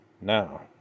Now